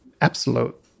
absolute